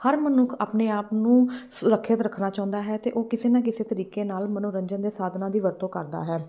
ਹਰ ਮਨੁੱਖ ਆਪਣੇ ਆਪ ਨੂੰ ਸੁਰੱਖਿਅਤ ਰੱਖਣਾ ਚਾਹੁੰਦਾ ਹੈ ਅਤੇ ਉਹ ਕਿਸੇ ਨਾ ਕਿਸੇ ਤਰੀਕੇ ਨਾਲ ਮਨੋਰੰਜਨ ਦੇ ਸਾਧਨਾਂ ਦੀ ਵਰਤੋਂ ਕਰਦਾ ਹੈ